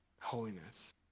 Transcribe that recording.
holiness